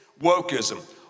wokeism